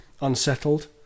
unsettled